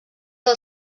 del